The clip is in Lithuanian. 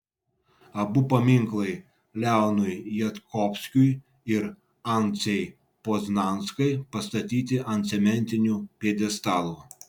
abu paminklai leonui jodkovskiui ir anciai poznanskai pastatyti ant cementinių pjedestalų